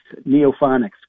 Neophonics